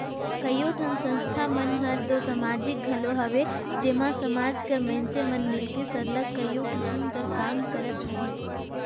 कइयो ठन संस्था मन हर दो समाजिक घलो हवे जेम्हां समाज कर मइनसे मन मिलके सरलग कइयो किसिम कर काम करत अहें